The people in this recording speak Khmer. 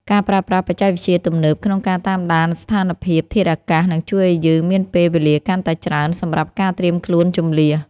ការប្រើប្រាស់បច្ចេកវិទ្យាទំនើបក្នុងការតាមដានស្ថានភាពធាតុអាកាសនឹងជួយឱ្យយើងមានពេលវេលាកាន់តែច្រើនសម្រាប់ការត្រៀមខ្លួនជម្លៀស។